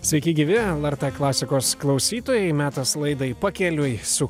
sveiki gyvi lrt klasikos klausytojai metas laidai pakeliui su